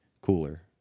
cooler